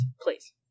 please